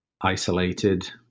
isolated